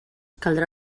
caldrà